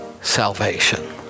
salvation